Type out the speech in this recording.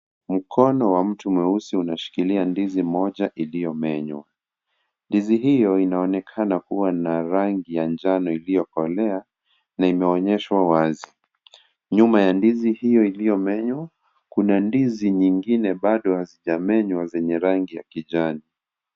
Mkono wa mtu mweusi unashikilia ndizi moja iliyomenywa, ndizi iyo inaonekana kuwa na rangi ya njano iliokolea na imeonyeshwa wazi, nyuma ya ndizi iyo iliyomenywa kuna ndizi nyingine bado hazijamenywa zenye rangi ya kijani.